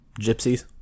gypsies